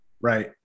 right